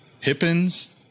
Pippins